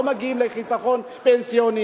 הם לא מגיעים לחיסכון פנסיוני.